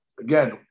Again